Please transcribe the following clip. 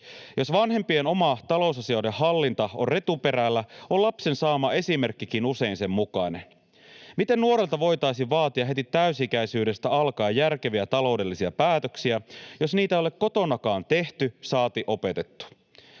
Jos vanhempien oma talousasioiden hallinta on retuperällä, on lapsen saama esimerkkikin usein sen mukainen. Miten nuorelta voitaisiin vaatia heti täysi-ikäisyydestä alkaen järkeviä taloudellisia päätöksiä, jos niitä ei ole kotonakaan tehty, saati opetettu?